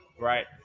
right